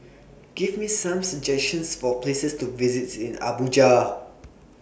Give Me Some suggestions For Places to visit in Abuja